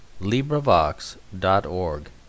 LibriVox.org